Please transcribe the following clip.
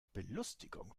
belustigung